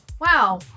wow